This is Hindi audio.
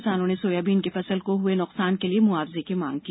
किसानो ने सोयाबीन की फसल को हुए नुकसान के लिए मुआवजे की मांग की